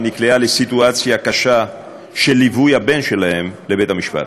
שנקלעה לסיטואציה קשה של ליווי הבן שלהם לבית-המשפט.